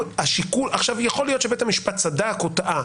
יכול להיות שבית המשפט צדק או טעה.